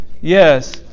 Yes